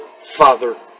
father